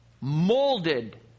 molded